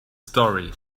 story